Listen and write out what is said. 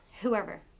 whoever